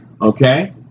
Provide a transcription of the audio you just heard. Okay